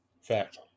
Fact